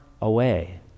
away